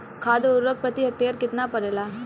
खाद व उर्वरक प्रति हेक्टेयर केतना परेला?